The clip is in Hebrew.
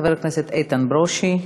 חבר הכנסת איתן ברושי,